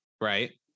right